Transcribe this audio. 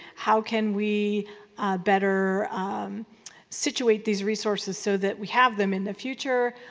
how can we better situate these resources so that we have them in the future?